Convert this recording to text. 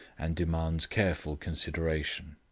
and demands careful consideration.